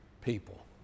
people